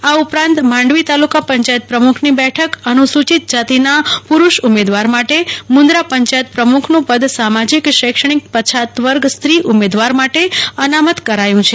આ ઉપરાંત માંડવી તાલુકા પંચાયત પ્રમુખની બેઠક અનુસુચિત જાતિના પુરુષ ઉમેદવાર માટે મુન્દ્રા પંચાયત પ્રમુખનું પદ સામાજિક શૈક્ષણિક પછાત વર્ગ સ્ત્રી ઉમેદવાર માટે અનામત કરાયું છે